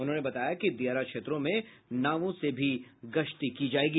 उन्होंने बताया कि दियारा क्षेत्रों में नावों से भी गश्ती की जायेगी